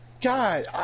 God